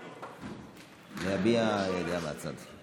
להביע דעה מהצד.